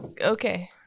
okay